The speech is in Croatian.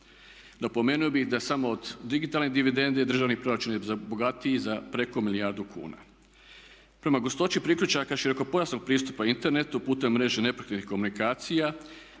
Napomenuo bi da samo od digitalne dividende državni proračuna je bogatio za preko milijardu kuna. Prema gustoći priključaka širokopojasnog pristupa internetu putem mreže nepokretnih komunikacija